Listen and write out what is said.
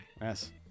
yes